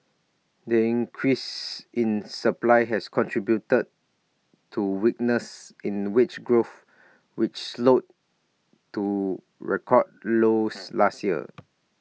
the increase in supply has contributed to weakness in wage growth which slowed to record lows last year